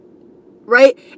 right